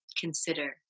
consider